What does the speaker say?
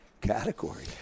category